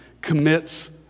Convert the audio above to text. commits